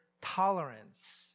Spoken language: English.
tolerance